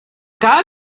got